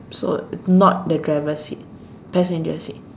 so not the driver seat passenger seat